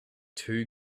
too